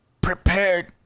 prepared